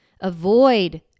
Avoid